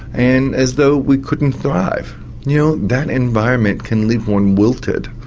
and as though we couldn't thrive. you know that environment can leave one wilted.